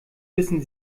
wissen